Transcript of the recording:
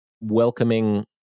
welcoming